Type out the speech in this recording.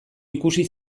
ikusi